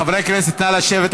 חברי הכנסת, נא לשבת.